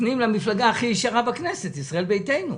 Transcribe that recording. למפלגה הכי ישרה בכנסת, ישראל ביתנו.